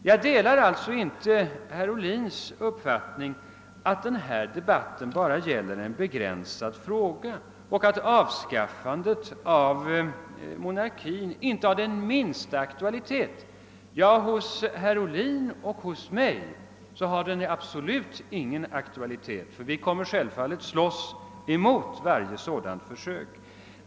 Jag delar alltså inte herr Ohlins uppfattning att denna debatt gäller bara en begränsad fråga och att avskaffandet av monarkin inte har den minsta aktualitet. För herr Ohlin och för mig har den absolut ingen aktualitet, ty vi kommer självfallet att motarbeta varje sådant försök.